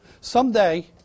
Someday